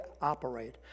operate